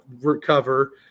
recover